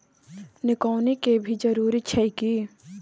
निकौनी के भी जरूरी छै की?